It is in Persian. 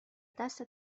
دست